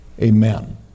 Amen